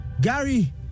Gary